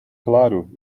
claro